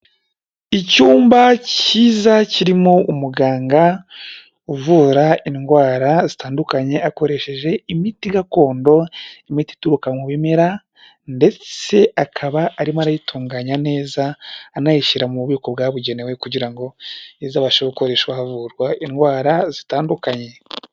Icyumba cyiza kirimo umuganga uvura indwara zitandukanye akoresheje imiti gakondo, imiti ituruka mu bimera ndetse akaba arimo arayitunganya neza anayishyira mu bubiko bwabugenewe, kugira ngo izabashe gukoreshwa havurwa indwara zitandukanye.